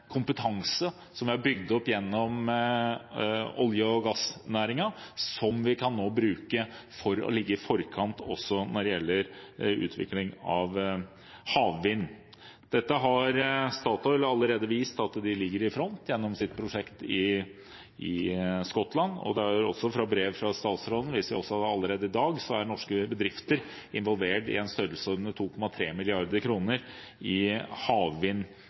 kompetanse som er bygd opp gjennom olje- og gassnæringen, og som vi nå kan bruke for å ligge i forkant når det gjelder utvikling av havvind. Statoil har allerede vist at de ligger i front, gjennom sitt prosjekt i Skottland, og i brev fra statsråden går det fram at norske bedrifter allerede i dag er involvert i havvind internasjonalt i størrelsesorden 2,3